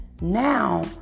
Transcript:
now